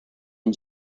and